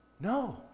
No